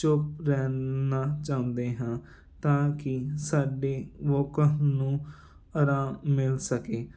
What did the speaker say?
ਚੁੱਪ ਰਹਿਣਾ ਚਾਹੁੰਦੇ ਹਾਂ ਤਾਂ ਕਿ ਸਾਡੀ ਵੋਕਲ ਨੂੰ ਆਰਾਮ ਮਿਲ ਸਕੇ